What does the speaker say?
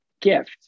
gift